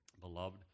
beloved